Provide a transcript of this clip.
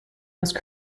most